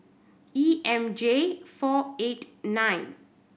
E M J four eight nine